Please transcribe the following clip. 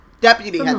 Deputy